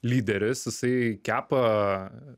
lyderis jisai kepa